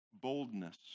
boldness